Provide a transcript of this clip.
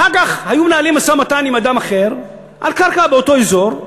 אחר כך היו מנהלים משא-ומתן עם אדם אחר על קרקע באותו אזור.